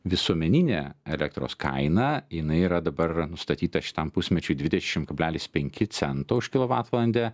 visuomeninę elektros kainą jinai yra dabar nustatyta šitam pusmečiui dvidešim kablelis penki cento už kilovatvalandę